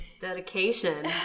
dedication